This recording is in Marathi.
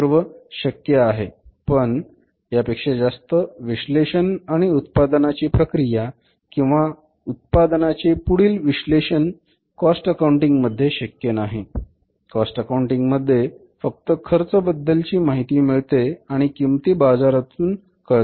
हे सर्व शक्य आहे पण यापेक्षा जास्त विश्लेषण आणि उत्पादनाची प्रक्रिया किंवा उत्पादनाचे पुढील विश्लेषण कॉस्ट अकाऊंटिंग मध्ये शक्य नाही कॉस्ट अकाऊंटिंग मध्ये फक्त खर्च बद्दलची माहिती मिळते आणि किंमती बाजारामधून कळतात